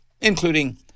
including